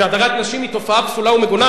שהדרת נשים היא תופעה פסולה ומגונה,